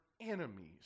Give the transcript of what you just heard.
enemies